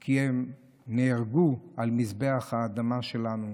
כי הם נהרגו על מזבח האדמה שלנו,